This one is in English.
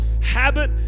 habit